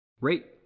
Rate